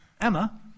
Emma